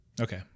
Okay